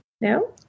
No